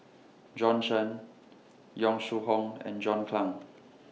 Bjorn Shen Yong Shu Hoong and John Clang